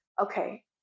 Okay